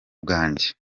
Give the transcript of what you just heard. bwanjye